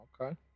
Okay